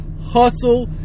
hustle